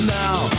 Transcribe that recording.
now